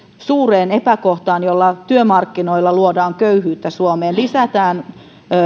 suureen epäkohtaan jolla työmarkkinoilla luodaan köyhyyttä suomeen lisätään